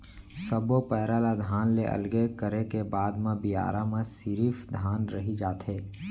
सब्बो पैरा ल धान ले अलगे करे के बाद म बियारा म सिरिफ धान रहि जाथे